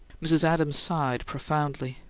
mrs. adams sighed profoundly.